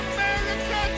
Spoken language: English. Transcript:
America